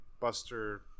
buster